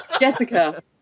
Jessica